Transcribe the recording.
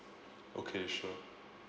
okay sure